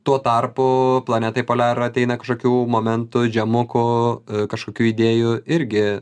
tuo tarpu planetai poler ateina kažkokių momentu džemukų kažkokių idėjų irgi